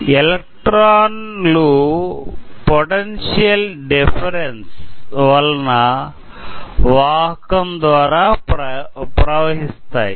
ఎలక్ట్రాన్లు potential difference వలన వాహకం ద్వారా ప్రవహిస్తాయి